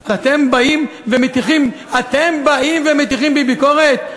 אז אתם באים ומטיחים בי ביקורת?